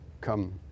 come